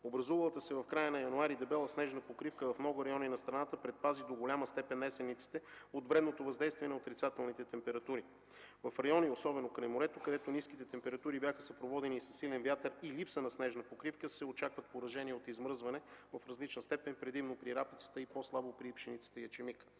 Образувалата се в края на януари дебела снежна покривка в много райони на страната предпази до голяма степен есенниците от вредното въздействие на отрицателните температури. В райони, особено край морето, където ниските температури бяха съпроводени със силен вятър и липса на снежна покривка, се очакват поражения от измръзване в различна степен, предимно при рапицата и по-слабо при пшеницата и ечемика.